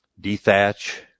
dethatch